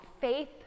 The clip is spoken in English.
Faith